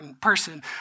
person